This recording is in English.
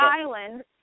Island